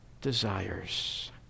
desires